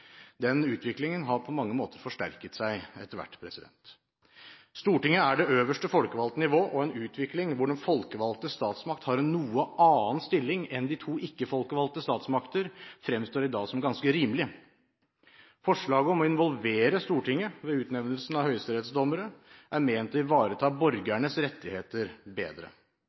Den utviklingen har på mange måter forsterket seg etter hvert. Stortinget er det øverste folkevalgte nivå, og en utvikling hvor den folkevalgte statsmakt har en noe annen stilling enn de to ikke folkevalgte statsmakter, fremstår i dag som ganske rimelig. Forslaget om å involvere Stortinget ved utnevnelsen av høyesterettsdommere er ment å ivareta borgernes rettigheter bedre.